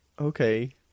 Okay